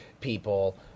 people